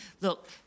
look